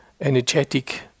energetic